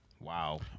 Wow